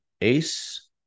ACE